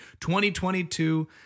2022